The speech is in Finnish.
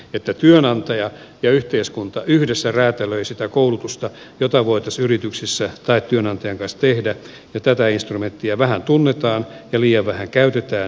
että työnantaja ja yhteiskunta yhdessä räätälöi sitä koulutusta jota voi tässä yrityksessä tai työnantaja taas tehdä tätä instrumenttia vähän tunnetaan peliä vähän käytettyä